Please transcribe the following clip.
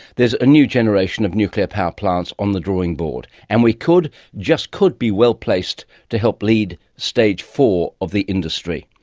there is a new generation of nuclear power plants on the drawing board and we just could be well placed to help lead stage four of the industry.